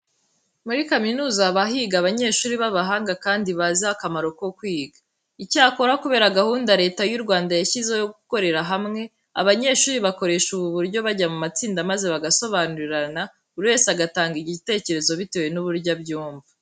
Muri kaminuza haba higa abanyeshuri b'abahanga kandi bazi akamaro ko kwiga. Icyakora kubera gahunda Leta y'u Rwanda yashyizeho yo gukorera hamwe, abanyeshuri bakoresha ubu buryo bajya mu matsinda maze bagasobanurirana buri wese agatanga igitekerezo bitewe n'uburyo abyumva.